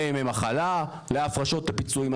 לימי מחלה, להפרשות לפיצויים.